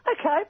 Okay